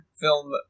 film